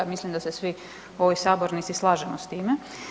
Mislim da se svi u ovoj sabornici slažemo s time.